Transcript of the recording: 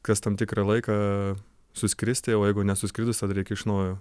kas tam tikrą laiką suskristi o jeigu nesuskridus tada reikia iš naujo